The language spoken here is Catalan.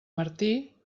martí